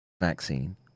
vaccine